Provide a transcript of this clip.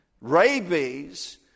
Rabies